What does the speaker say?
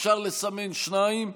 אפשר לסמן שניים,